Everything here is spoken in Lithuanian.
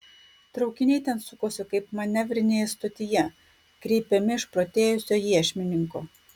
traukiniai ten sukosi kaip manevrinėje stotyje kreipiami išprotėjusio iešmininko